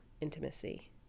intimacy